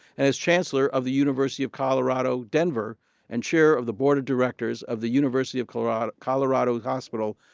and is chancellor of the university of colorado denver and chair of the board of directors of the university of colorado colorado hospital,